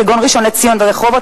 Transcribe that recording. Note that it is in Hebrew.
כגון ראשון-לציון ורחובות,